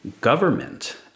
government